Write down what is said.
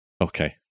okay